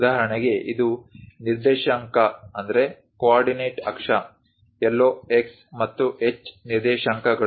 ಉದಾಹರಣೆಗೆ ಇದು ನಿರ್ದೇಶಾಂಕ ಅಕ್ಷ ಎಲ್ಲೋ x ಮತ್ತು h ನಿರ್ದೇಶಾಂಕಗಳು